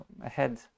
ahead